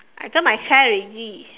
I turn my chair already